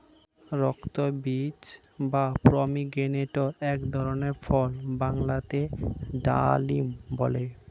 রক্তবীজ বা পমিগ্রেনেটক এক ধরনের ফল বাংলাতে ডালিম বলে